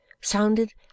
sounded